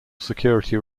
security